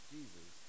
Jesus